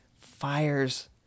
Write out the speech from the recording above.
fires